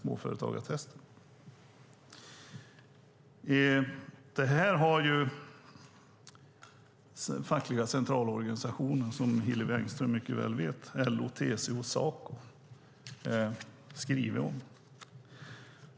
Som Hillevi Engström mycket väl vet har de fackliga organisationerna LO, TCO och Saco skrivit om detta.